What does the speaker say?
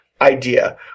idea